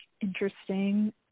interesting